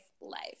life